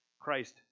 Christ